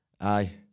Aye